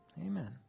Amen